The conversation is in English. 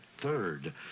third